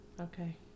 Okay